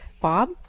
bob